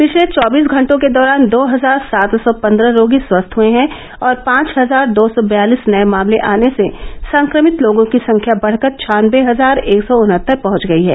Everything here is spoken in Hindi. पिछले चौबीस घंटों के दौरान दो हजार सात सौ पन्द्रह रोगी स्वस्थ हुए हैं और पांच हजार दो सौ बयालिस नये मामले आने से संक्रमित लोगों की संख्या बढकर छान्नवे हजार एक सौ उनहत्तर पहुंच गई है